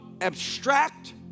abstract